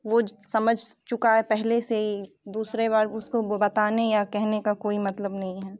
वो ज समझ चुका है पहले से ही दूसरे बार उसको बताने या कहने का कोई मतलब नहीं है